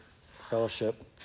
fellowship